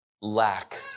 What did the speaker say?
lack